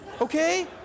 Okay